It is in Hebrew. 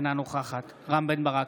אינה נוכחת רם בן ברק,